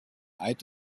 eid